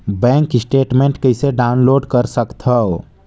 Bank statement कइसे download कर सकथव?